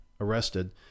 arrested